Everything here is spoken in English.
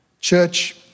Church